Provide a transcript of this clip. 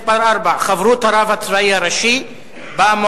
מס' 4) (חברות הרב הצבאי הראשי במועצה),